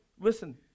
listen